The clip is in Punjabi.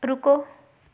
ਰੁਕੋ